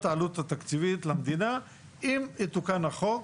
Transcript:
העלות התקציבית למדינה במידה ויתוקן החוק